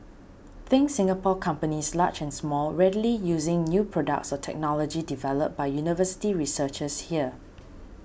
think Singapore companies large and small readily using new products or technology developed by university researchers here